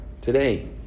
today